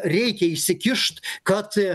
reikia įsikišt kad